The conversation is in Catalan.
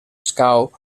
escau